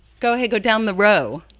go ahead, go down the row.